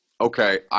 Okay